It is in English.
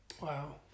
Wow